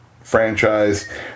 franchise